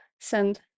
send